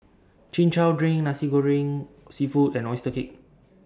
Chin Chow Drink Nasi Goreng Seafood and Oyster Cake